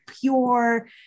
pure